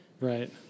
Right